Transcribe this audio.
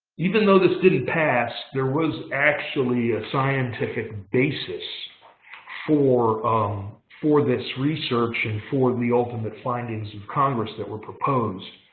even though this didn't pass, there was actually a scientific basis for um for this research and for the ultimate findings of congress that were proposed.